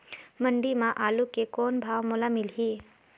मंडी म आलू के कौन भाव मोल मिलही?